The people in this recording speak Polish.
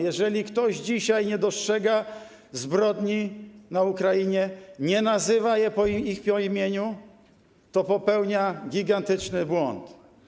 Jeżeli ktoś dzisiaj nie dostrzega zbrodni na Ukrainie, nie nazywa ich po imieniu, to popełnia gigantyczny błąd.